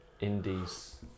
indies